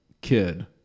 kid